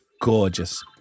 gorgeous